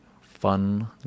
fun